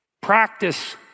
practice